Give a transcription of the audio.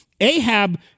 Ahab